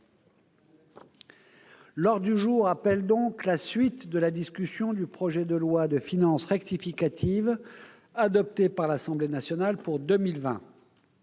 L'ordre du jour appelle la suite de la discussion du projet de loi de finances rectificative, adopté par l'Assemblée nationale, pour 2020